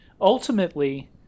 ultimately